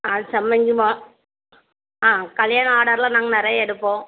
ஆ சம்பங்கி மா ஆ கல்யாணம் ஆர்டரெலாம் நாங்கள் நிறையா எடுப்போம்